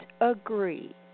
agree